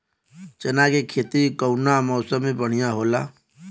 चना के खेती कउना मौसम मे बढ़ियां होला?